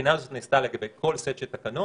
הבחינה הזאת נעשתה לגבי כל סט של תקנות.